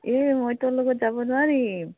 এই মই তোৰ লগত যাব নোৱাৰিম